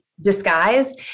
disguise